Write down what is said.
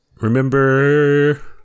Remember